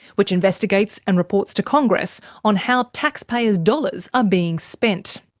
which investigates and reports to congress on how taxpayers' dollars are being spent.